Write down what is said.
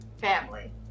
family